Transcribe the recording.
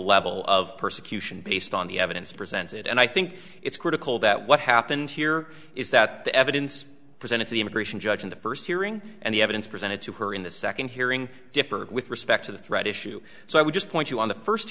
level of persecution based on the evidence presented and i think it's critical that what happened here is that the evidence presented to the immigration judge in the first hearing and the evidence presented to her in the second hearing differed with respect to the thread issue so i would just point you on the first